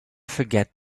forget